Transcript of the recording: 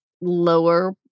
lower